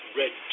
red